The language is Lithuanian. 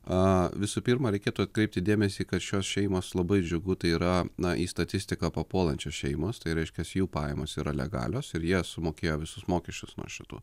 a visų pirma reikėtų atkreipti dėmesį kad šios šeimos labai džiugu tai yra na į statistiką papuolančios šeimos tai reiškias jų pajamos yra legalios ir jie sumokėjo visus mokesčius nuo šitų